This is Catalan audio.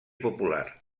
popular